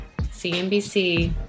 CNBC